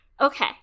Okay